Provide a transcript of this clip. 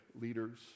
leaders